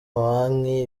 amabanki